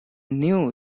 knew